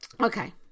Okay